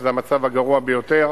שזה המצב הגרוע ביותר,